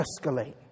escalate